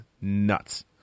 nuts